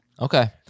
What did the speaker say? Okay